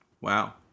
Wow